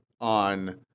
on